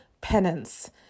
Penance